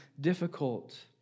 difficult